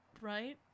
Right